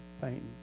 painting